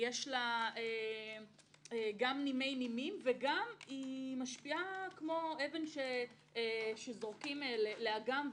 יש לה גם נימי-נימים וגם היא משפיעה כאבן שזורקים לאגם,